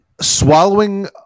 Swallowing